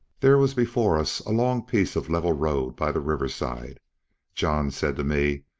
there was before us a long piece of level road by the river-side john said to me,